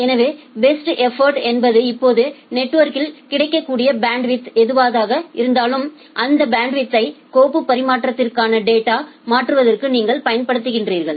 எனவே best effort என்பது இப்போது நெட்வொர்க்யில் கிடைக்கக்கூடிய பேண்ட்வித் எதுவாக இருந்தாலும் அந்த பேண்ட்வித்யை கோப்பு பரிமாற்றத்திற்கான டேட்டா மாற்றுவதற்கு நீங்கள் பயன்படுத்துகிறீர்கள்